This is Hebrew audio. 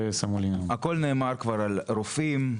הכל נאמר כבר על רופאים,